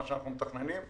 מה שאנחנו מתכננים,